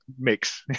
mix